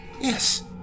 Yes